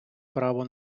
право